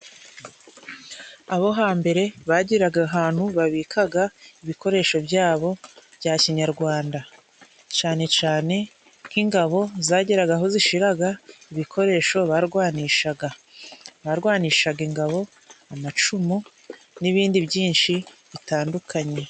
Abo hambere bagiraga ahantu babikaga ibikoresho byabo bya kinyarwanda. Cane cane nk'ingabo, zagiraga aho zishiraga ibikoresho barwanishaga. Barwanishaga ingabo, amacumu n'ibindi byinshi bitandukanye.